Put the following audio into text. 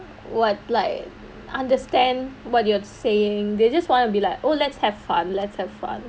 what like understand what you're saying they just want to be like oh let's have fun let's have fun